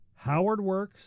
howardworks